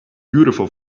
beautiful